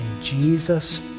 Jesus